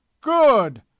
Good